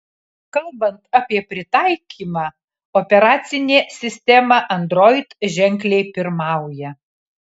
kalbant apie pritaikymą operacinė sistema android ženkliai pirmauja